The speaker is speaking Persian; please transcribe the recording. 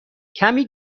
کمی